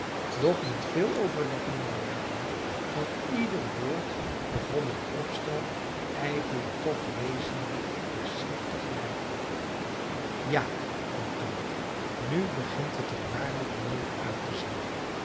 doch met veel overleggen en beraden van ieder woord begon het opstel eigenlijk toch wezenlijk naar schrift te gelijken ja oom tom nu begint het er waarlijk mooi uit te zien